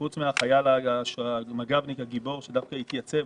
חוץ מהמג"בניק הגיבור שדווקא התייצב,